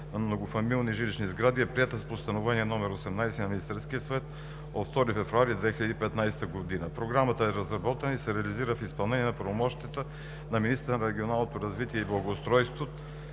на многофамилните жилищни сгради е приета с Постановление № 18 на Министерския съвет от 2 февруари 2015 г. Програмата е разработена и се реализира в изпълнение на правомощията на министъра на регионалното развитие и благоустройството,